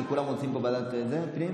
כי כולם רוצים פה ועדת הפנים.